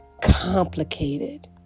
complicated